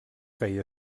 feia